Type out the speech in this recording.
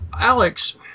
Alex